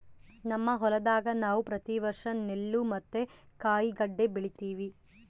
ನಮ್ಮ ಹೊಲದಾಗ ನಾವು ಪ್ರತಿ ವರ್ಷ ನೆಲ್ಲು ಮತ್ತೆ ಕಾಯಿಗಡ್ಡೆ ಬೆಳಿತಿವಿ